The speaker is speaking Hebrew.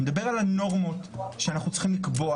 אני מדבר על הנורמות שאנחנו צריכים לקבוע